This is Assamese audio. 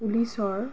পুলিচৰ